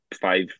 five